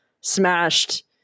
Smashed